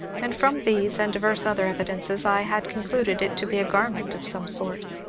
and, from these, and divers other evidences, i had concluded it to be a garment of some sort,